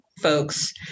folks